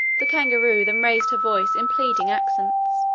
the kangaroo then raised her voice in pleading accents.